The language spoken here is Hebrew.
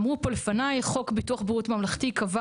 אמרו פה לפניי שחוק הבריאות הממלכתי קבע